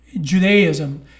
Judaism